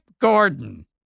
Gordon